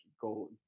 go